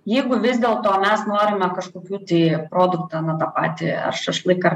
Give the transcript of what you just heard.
jeigu vis dėl to mes norime kažkokių tai produktą nu tą patį ar šašlyką ar